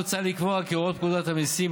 מוצע לקבוע כי הוראות פקודת המיסים,